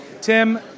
Tim